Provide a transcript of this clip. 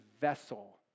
vessel